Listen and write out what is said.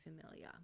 familiar